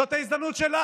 זאת ההזדמנות שלך,